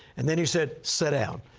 and then he said, sit down.